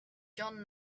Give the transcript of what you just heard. john